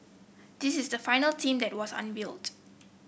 this is the final team that was unveiled